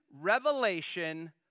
revelation